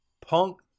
Punk